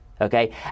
okay